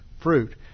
fruit